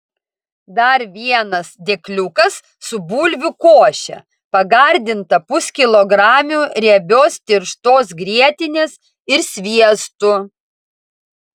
dar vienas dėkliukas su bulvių koše pagardinta puskilogramiu riebios tirštos grietinės ir sviestu